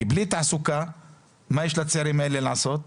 כי בלי תעסוקה מה יש לצעירים האלה לעשות?